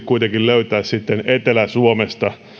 kuitenkin löytää etelä suomesta